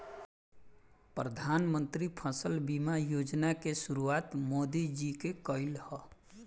प्रधानमंत्री फसल बीमा योजना के शुरुआत मोदी जी के कईल ह